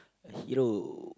a hero